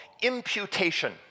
imputation